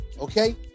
Okay